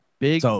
Big